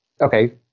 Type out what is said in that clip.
okay